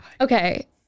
Okay